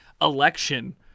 election